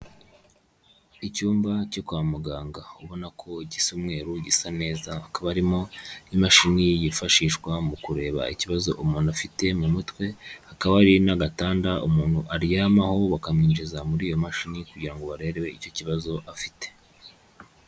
Icyumba cyo kwa muganga ubona ko igisa umweru gisa neza, hakaba harimo imashini yifashishwa mu kureba ikibazo umuntu afite mu mutwe, hakaba hari n'agatanda umuntu aryamaho bakamwinjiza muri iyo mashini kugira ngo barebe icyo kibazo afite.